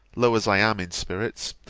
low as i am in spirits,